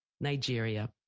Nigeria